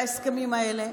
המימוש של ההסכמים האלה,